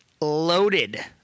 loaded